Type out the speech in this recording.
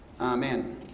Amen